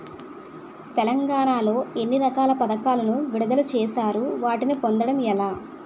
తెలంగాణ లో ఎన్ని రకాల పథకాలను విడుదల చేశారు? వాటిని పొందడం ఎలా?